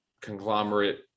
conglomerate